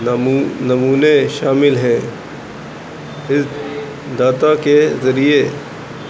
نمو نمونے شامل ہیں اس داتا کے ذریعے